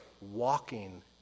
walking